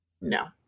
No